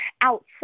outside